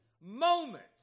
moment